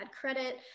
credit